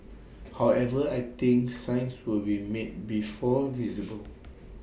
however I think signs would be made before visible